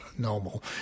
Normal